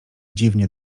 dziwnie